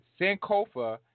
Sankofa